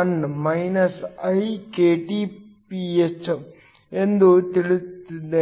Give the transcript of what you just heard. −1 −I kTph ಎಂದು ತಿಳಿಸುತ್ತೇನೆ